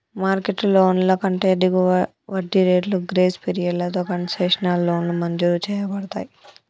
market లోన్ల కంటే దిగువ వడ్డీ రేట్లు, గ్రేస్ పీరియడ్లతో కన్సెషనల్ లోన్లు మంజూరు చేయబడతయ్